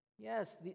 Yes